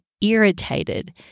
irritated